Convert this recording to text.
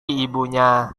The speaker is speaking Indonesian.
ibunya